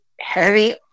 heavy